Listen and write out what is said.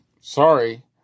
sorry